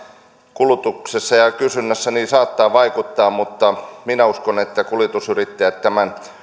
kulutuksessa ja kysynnässä saattaa vaikuttaa mutta minä uskon että kuljetusyrittäjät